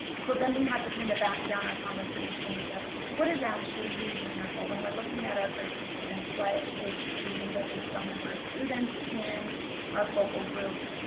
so then we had to kind of back down our conversations of what is actually reasonable? when we're looking at our groups students? what is reasonable based on number of students in our focal groups?